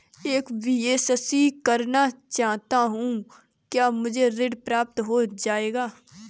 मैं बीएससी करना चाहता हूँ क्या मुझे ऋण प्राप्त हो जाएगा?